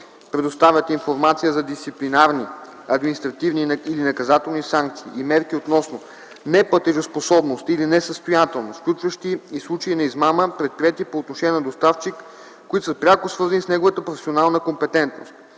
предоставят информация за дисциплинарни, административни или наказателни санкции и мерки относно неплатежоспособност или несъстоятелност, включващи и случаи на измама, предприети по отношение на доставчик, които са пряко свързани с неговата професионална компетентност.